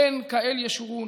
"אין כאל ישֻׁורון,